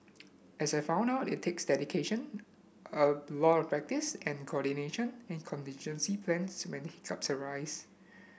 as I found out it takes dedication a lot of practice and coordination and contingency plans when hiccups arise